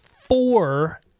four